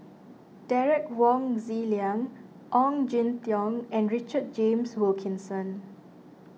Derek Wong Zi Liang Ong Jin Teong and Richard James Wilkinson